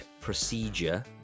procedure